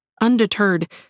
Undeterred